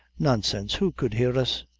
nonsense who could hear us?